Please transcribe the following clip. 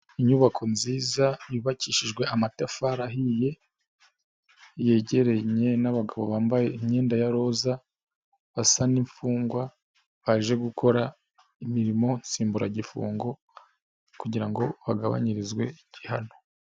Inyubako nziza, yubakishijwe amatafari ahiye, yegeranye n'abagabo bambaye imyenda ya roza, basa n'imfungwa, baje gukora imirimo nsimburagifungo kugira ngo bagabanyirizwe igihano.